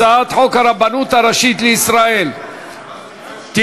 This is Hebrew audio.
הצעת חוק הרבנות הראשית לישראל (תיקון,